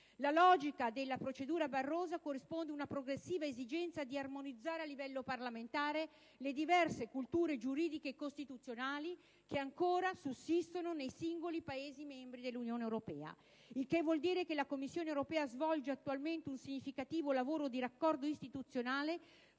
Alla logica della procedura Barroso corrisponde una progressiva esigenza di armonizzare a livello parlamentare le diverse culture giuridiche costituzionali che ancora sussistono nei singoli Paesi membri dell'Unione europea. Ciò vuol dire che la Commissione europea svolge attualmente un significativo lavoro di raccordo istituzionale,